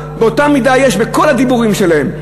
באותה מידה יש בכל הדיבורים שלהם.